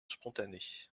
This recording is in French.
spontanée